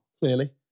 Clearly